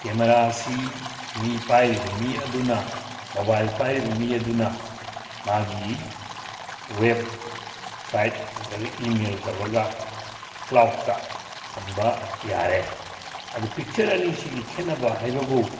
ꯀꯦꯃꯦꯔꯥꯁꯤ ꯃꯤ ꯄꯥꯏꯔꯤꯕ ꯃꯤ ꯑꯗꯨꯅ ꯃꯣꯕꯥꯏꯜ ꯄꯥꯏꯔꯤꯕ ꯃꯤ ꯑꯗꯨꯅ ꯃꯥꯒꯤ ꯋꯦꯞ ꯁꯥꯏꯠ ꯅꯠꯇ꯭ꯔꯒ ꯏꯃꯦꯜ ꯇꯧꯔꯒ ꯀ꯭ꯂꯥꯎꯠꯇ ꯊꯝꯕ ꯌꯥꯔꯦ ꯑꯗꯨ ꯄꯤꯛꯆꯔ ꯑꯅꯤꯁꯤꯒꯤ ꯈꯦꯠꯅꯕ ꯍꯥꯏꯕꯕꯨ